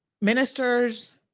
Ministers